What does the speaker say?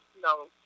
no